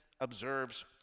observes